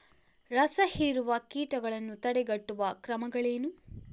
ರಸಹೀರುವ ಕೀಟಗಳನ್ನು ತಡೆಗಟ್ಟುವ ಕ್ರಮಗಳೇನು?